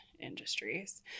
industries